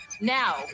now